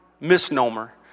misnomer